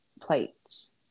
plates